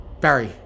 Barry